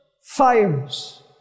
fires